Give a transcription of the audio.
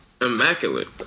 immaculate